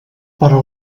però